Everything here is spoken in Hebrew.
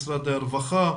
משרד הרווחה,